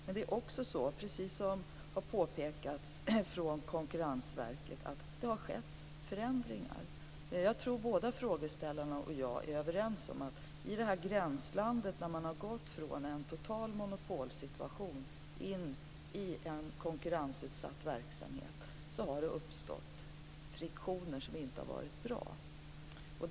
Men det är också så, precis som Konkurrensverket har påpekat, att det har skett förändringar. Jag tror att båda frågeställarna och jag är överens om att i det gränsland som uppstått när man gått från en total monopolsituation in i en konkurrensutsatt verksamhet har det uppstått friktioner som inte har varit bra.